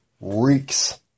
reeks